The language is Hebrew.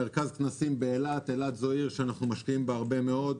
מרכז כנסים באילת אילת היא עיר שאנחנו משקיעים בה הרבה מאוד.